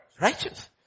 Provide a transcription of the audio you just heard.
Righteous